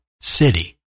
city